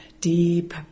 deep